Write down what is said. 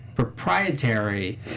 proprietary